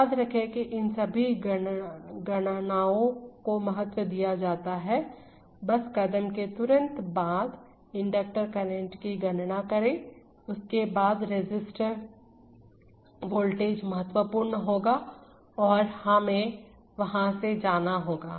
याद रखें कि इन सभी गणनाओं को महत्व दिया जाता है बस कदम के तुरंत बादइंडक्टर करंट की गणना करें उसके बाद रेसिस्टर वोल्टेज महत्वपूर्ण होगा और हमें वहां से जाना होगा